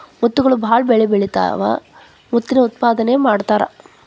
ಮುತ್ತುಗಳು ಬಾಳ ಬೆಲಿಬಾಳತಾವ ಮುತ್ತಿನ ಉತ್ಪಾದನೆನು ಮಾಡತಾರ